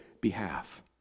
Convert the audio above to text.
behalf